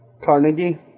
carnegie